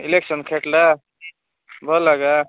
election ଖେଟଲା ଭଲ୍ ଏକା